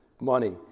money